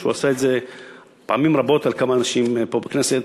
שהוא עשה את זה פעמים רבות על כמה אנשים פה בכנסת,